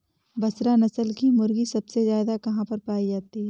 बसरा नस्ल की मुर्गी सबसे ज्यादा कहाँ पर पाई जाती है?